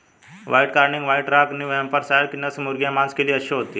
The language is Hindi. white Cornish, White Rock, New Hampshire नस्ल की मुर्गियाँ माँस के लिए अच्छी होती हैं